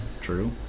true